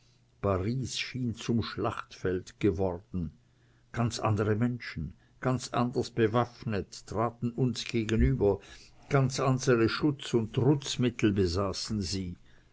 paris schien zum schlachtfeld geworden ganz andere menschen ganz anders bewaffnet traten uns gegenüber ganz andere schutz und trutzmittel besaßen sie